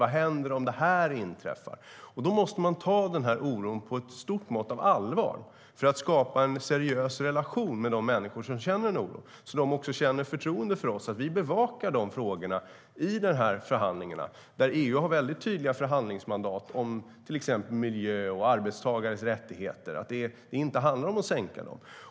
Den oron måste man ta med ett stort mått av allvar. Vi måste skapa en seriös relation med de människor som känner en oro så att de också känner förtroende för att vi bevakar dessa frågor i förhandlingarna, där EU har väldigt tydliga förhandlingsmandat om till exempel miljö och arbetstagares rättigheter. Det handlar inte om att sänka dem.